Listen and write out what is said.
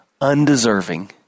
undeserving